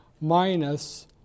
minus